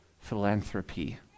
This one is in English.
philanthropy